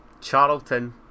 charlton